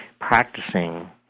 practicing